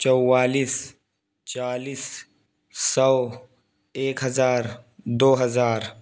چوالیس چالیس سو ایک ہزار دو ہزار